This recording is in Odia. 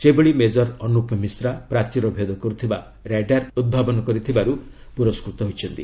ସେହିଭଳି ମେଜର ଅନୁପ ମିଶ୍ରା ପ୍ରାଚୀର ଭେଦ କରୁଥିବା ରାଡାର ଉଭାବନ କରିଥିବାରୁ ପୁରସ୍କୃତ ହୋଇଛନ୍ତି